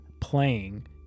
playing